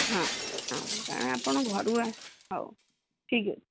ହଁ ହଁ କାରଣ ଆପଣ ଘରୁ ହଉ ଠିକ୍ ଅଛି